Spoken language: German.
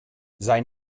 sein